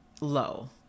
low